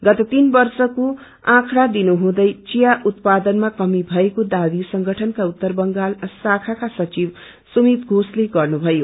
गत तीन वर्षको औँखड़ा दिनु हुँदै चिया उत्पादनमा कमी भएको दावी संगठनका उत्तर बंगाल शाखाका सचिव सुमित घोषले दिनुभयो